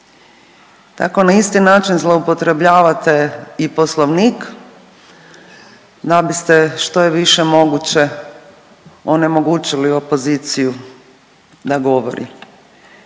tako na isti način zloupotrebljavate i Poslovnik da biste što je više moguće onemogućili opoziciju da govori.